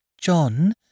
John—